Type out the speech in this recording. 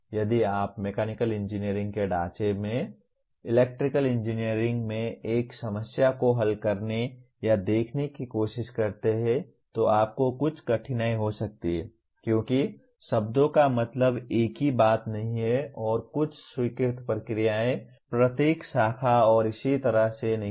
यदि आप mechanical engineering के ढांचे से इलेक्ट्रिकल इंजीनियरिंग में एक समस्या को हल करने या देखने की कोशिश करते हैं तो आपको कुछ कठिनाई हो सकती है क्योंकि शब्दों का मतलब एक ही बात नहीं है और कुछ स्वीकृत प्रक्रियाएं प्रत्येक शाखा और इसी तरह से नहीं हैं